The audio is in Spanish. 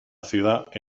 ciudad